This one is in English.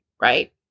right